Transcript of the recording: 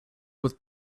with